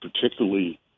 particularly